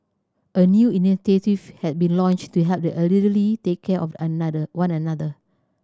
a new initiative has been launched to help the elderly take care of another one another